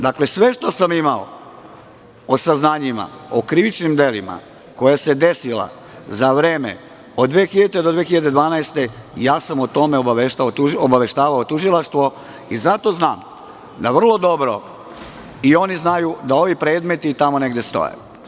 Dakle, sve što sam imao o saznanjima, o krivičnim delima koja su se desila za vreme od 2000. do 2012. godine, ja sam o tome obaveštavao tužilaštvo i zato znam da vrlo dobro i oni znaju da ovi predmeti tamo negde stoje.